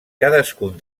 cadascun